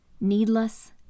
needless